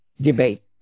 debate